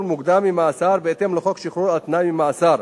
מוקדם ממאסר בהתאם לחוק שחרור על-תנאי ממאסר,